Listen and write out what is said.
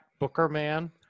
Bookerman